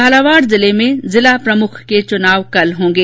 झालावाड़ जिले में जिला प्रमुख के चुनाव कल होंगे